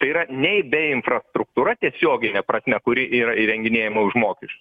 tai yra nei bei infrastruktūra tiesiogine prasme kuri yra įrenginėjama už mokesčius